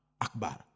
Akbar